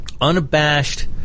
unabashed